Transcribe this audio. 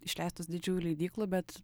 išleistos didžiųjų leidyklų bet